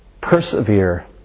Persevere